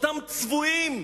אותם צבועים.